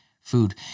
food